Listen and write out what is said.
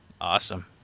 Awesome